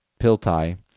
Piltai